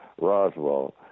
Roswell